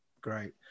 great